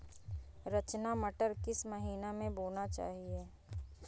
रचना मटर किस महीना में बोना चाहिए?